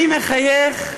אני מחייך,